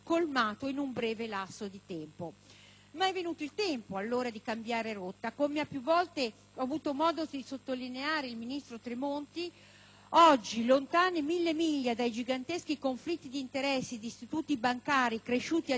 allora il tempo di cambiare rotta. Come ha più volte avuto modo di sottolineare il ministro Tremonti, oggi, lontani mille miglia dai giganteschi conflitti d'interesse di istituti bancari cresciuti a dismisura nel mondo globalizzato,